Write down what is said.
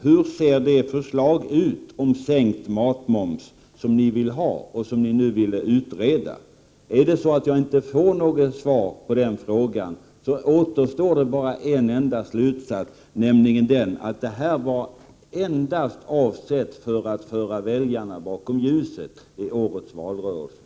Hur ser det förslag om sänkt matmoms ut som ni vill ha och som ni nu ville utreda? Om jag inte får något svar på den frågan, så återstår det bara en enda slutsats, nämligen att det här endast var avsett för att föra väljarna bakom ljuset i årets valrörelse.